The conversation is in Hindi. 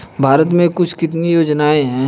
भारत में कुल कितनी योजनाएं हैं?